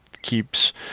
keeps